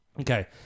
Okay